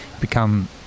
become